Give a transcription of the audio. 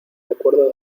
recuerdo